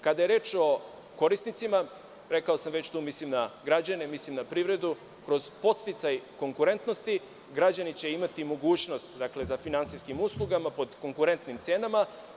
Kada je reč o korisnicima, rekao sam da mislim na građane, mislim na privredu, kroz podsticaj konkurentnosti, građani će imati mogućnost za finansijskim uslugama pod konkurentnim cenama.